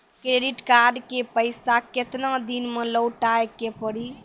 Credit card के पैसा केतना दिन मे लौटाए के पड़ी?